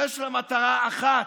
יש לה מטרה אחת,